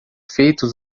feitos